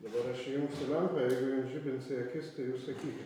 dabar aš įjungsiu lempą ir jeigu jum žibins į akis tai jūs sakykit